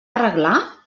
arreglar